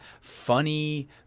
funny